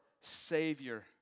Savior